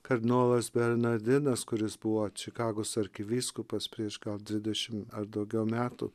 kardinolas bernardinas kuris buvo čikagos arkivyskupas prieš gal dvidešim ar daugiau metų